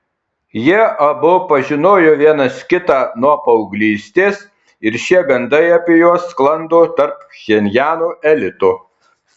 jie abu pažinojo vienas kitą nuo paauglystės ir šie gandai apie juos sklando tarp pchenjano elito